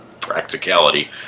practicality